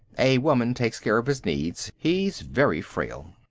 a woman takes care of his needs. he's very frail.